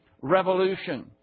revolution